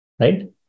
right